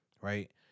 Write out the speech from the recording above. right